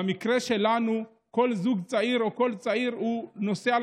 במקרה שלנו כל זוג צעיר או כל צעיר נושא על